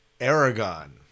Aragon